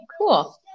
Cool